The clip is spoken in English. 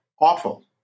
awful